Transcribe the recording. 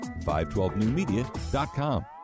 512newmedia.com